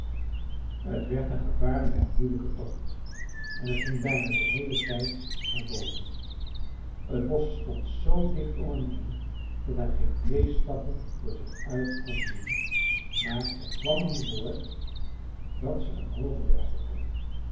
t werd een gevaarlijke en moeilijke tocht en t ging bijna den heelen tijd naar boven t bosch stond zoo dicht om hem heen dat hij geen twee stappen voor zich uit kon zien maar het kwam hem voor dat ze een hoogen berg